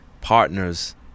partners